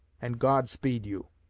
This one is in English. and god speed you